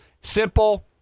Simple